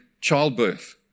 childbirth